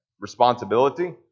Responsibility